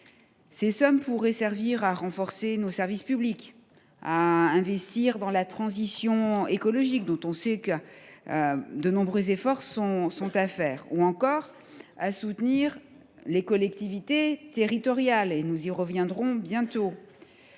Cette somme pourrait permettre de renforcer nos services publics, d’investir dans la transition écologique, un domaine où de nombreux efforts sont nécessaires, ou encore de soutenir les collectivités territoriales. Nous y reviendrons bientôt.